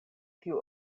tiu